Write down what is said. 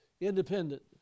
independent